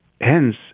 hence